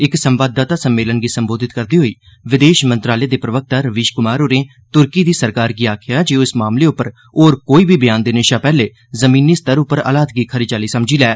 इक संवाददाता सम्मेलन गी संबोधित करदे होई विदेश मंत्रालय दे प्रवक्ता रवीश कुमार होरें तुर्की दी सरकार गी आखेआ जे ओह् इस मामले उप्पर होर कोई बयान देने शा पैह्ले जमीनी स्तर उप्पर हालात गी खरी चाल्ली समझी लैन